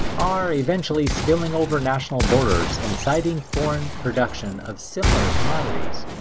are eventually spilling over national borders inciting foreign production of similar commodities.